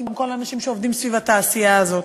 גם כל האנשים שעובדים סביב התעשייה הזאת.